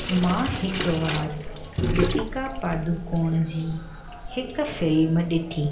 मां हिकु वार दीपिका पादूकोण जी हिक फिल्म ॾिठी